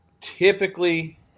Typically